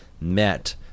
met